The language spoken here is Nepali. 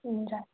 हुन्छ